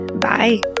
Bye